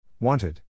Wanted